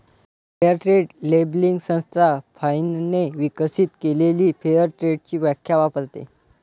fair trade labelling संस्था फाइनने विकसित केलेली फेअर ट्रेडची व्याख्या वापरते